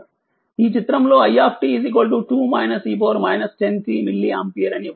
ఈ చిత్రంలో i milliampere అని ఇవ్వబడినది